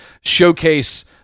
showcase